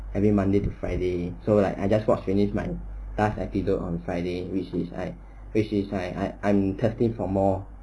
every monday to friday so like I just watch finish my last episode on friday which is I which is I I I'm thirty for more